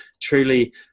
truly